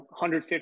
150